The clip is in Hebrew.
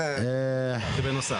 בסדר.